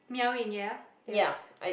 meowing yeah yeah